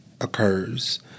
occurs